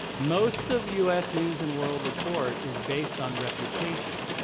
most of u s. news and world report is based on reputation.